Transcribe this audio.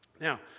Now